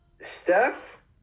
Steph